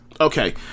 Okay